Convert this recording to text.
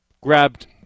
grabbed